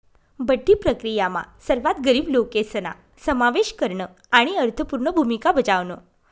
बठ्ठी प्रक्रीयामा सर्वात गरीब लोकेसना समावेश करन आणि अर्थपूर्ण भूमिका बजावण